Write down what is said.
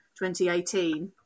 2018